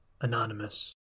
Anonymous